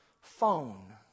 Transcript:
phone